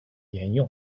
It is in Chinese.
沿用